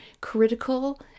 critical